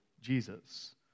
Jesus